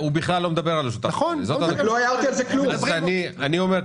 קרנות החוב בנדל"ן במסגרת